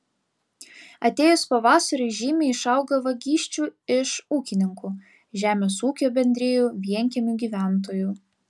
atėjus pavasariui žymiai išauga vagysčių iš ūkininkų žemės ūkio bendrijų vienkiemių gyventojų